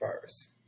first